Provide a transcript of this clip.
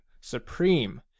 supreme